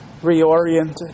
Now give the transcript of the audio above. reoriented